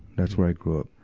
that's where i grew up.